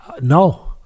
No